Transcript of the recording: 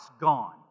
gone